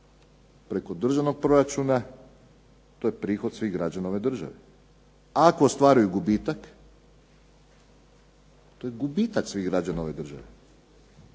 preko državnog proračuna to je prihod svih građana ove države. Ako stvaraju gubitak to je gubitak svih građana ove države